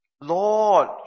Lord